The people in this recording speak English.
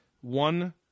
One